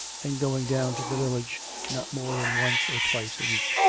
and going down to the village not more than once or twice a week.